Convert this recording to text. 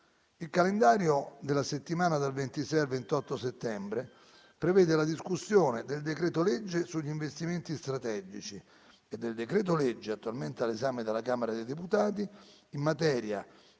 Il calendario della settimana dal 26 al 28 settembre prevede la discussione del decreto-legge sugli investimenti strategici e del decreto-legge - attualmente all’esame della Camera dei deputati - in materia